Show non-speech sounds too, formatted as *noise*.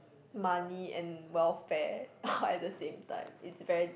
money and welfare *breath* all at the same time it's very